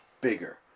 bigger